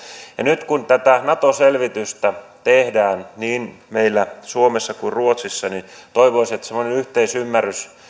ja nyt kun tätä nato selvitystä tehdään niin meillä suomessa kuin ruotsissa niin toivoisin että semmoinen yhteisymmärrys